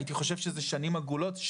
הייתי חושב שזה שנים עגולות,